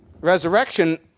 resurrection